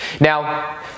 Now